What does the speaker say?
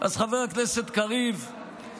אז חבר הכנסת קריב,